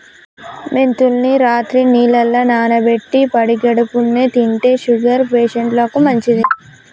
మెంతుల్ని రాత్రి నీళ్లల్ల నానబెట్టి పడిగడుపున్నె తింటే షుగర్ పేషంట్లకు మంచిది